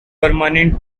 permanent